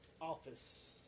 office